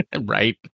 right